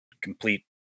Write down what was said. complete